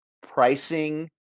Pricing